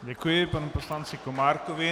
Děkuji panu poslanci Komárkovi.